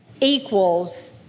equals